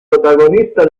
protagonista